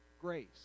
grace